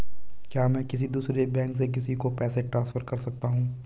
क्या मैं किसी दूसरे बैंक से किसी को पैसे ट्रांसफर कर सकता हूँ?